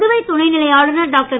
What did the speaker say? புதுவை துணைநிலை ஆளுநர் டாக்டர்